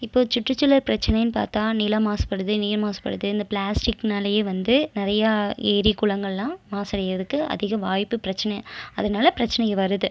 இப்போ சுற்றுசூழல் பிரச்சனைன்னு பார்த்தா நிலம் மாசுபடுது நீர் மாசுபடுது இந்த ப்ளாஸ்டிக்னாலையே வந்து நிறையா ஏரிக் குளங்கள் எல்லாம் மாசடைகிறதுக்கு அதிக வாய்ப்பு பிரச்சனை அதனால பிரச்சனைகள் வருது